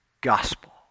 Gospel